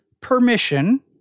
permission